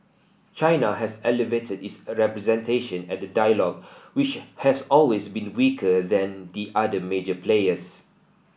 China has elevated its representation at the dialogue which has always been weaker than the other major players